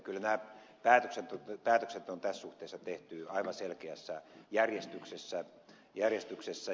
kyllä nämä päätökset on tässä suhteessa tehty aivan selkeässä järjestyksessä